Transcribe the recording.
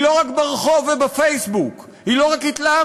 היא לא רק ברחוב ובפייסבוק, היא לא רק התלהמות.